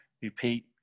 repeat